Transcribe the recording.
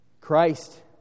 Christ